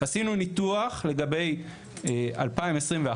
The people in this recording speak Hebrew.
עשינו ניתוח לגבי 2021,